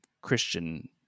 Christian